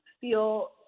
feel